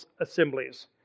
assemblies